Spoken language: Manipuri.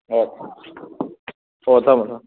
ꯑꯥꯎ ꯍꯣ ꯊꯝꯃꯣ ꯊꯝꯃꯣ